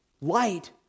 Light